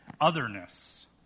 otherness